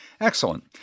Excellent